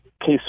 case